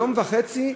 יום וחצי,